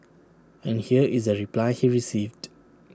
and here is the reply he received